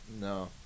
No